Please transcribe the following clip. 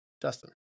Dustin